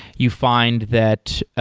you find that,